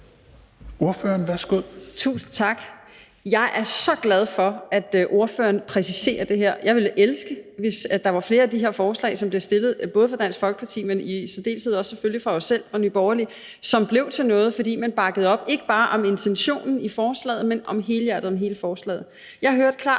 Thiesen (NB): Tusind tak. Jeg er så glad for, at ordføreren præciserer det her. Jeg ville elske, hvis der var flere af de forslag, der bliver fremsat, både af Dansk Folkeparti, men i særdeleshed også af Nye Borgerlige, der blev til noget, fordi man bakkede op, ikke bare om intentionen i forslaget, men helhjertet om hele forslaget. Jeg hørte klart